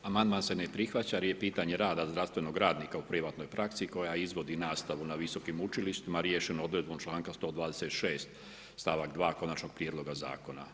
Amandman se ne prihvaća jer je pitanje rada zdravstvenog radnika u privatnoj praksi koja izvodi nastavu na visokim učilištima riješeno odredbom članka 126 stavak 2 konačnog prijedloga zakona.